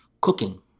cooking